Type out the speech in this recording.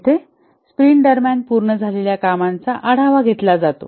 येथे स्प्रिंट दरम्यान पूर्ण झालेल्या कामांचा आढावा घेतला जातो